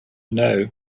know